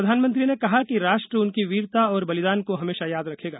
प्रधानमंत्री ने कहा कि राष्ट्र उनकी वीरता और बलिदान को हमेशा याद रखेगा